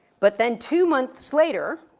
but then two months later,